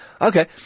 Okay